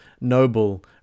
noble